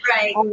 Right